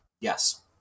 yes